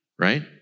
right